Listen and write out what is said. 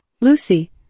Lucy